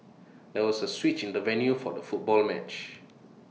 there was A switch in the venue for the football match